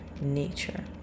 nature